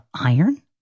iron